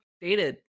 dated